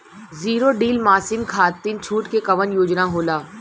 Zero till machine खाती छूट के कवन योजना होला?